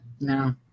No